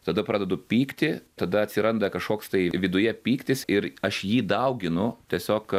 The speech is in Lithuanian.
tada pradedu pykti tada atsiranda kažkoks tai viduje pyktis ir aš jį dauginu tiesiog